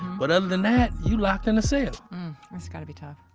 but other than that, you're locked in a cell mm. that's gotta be tough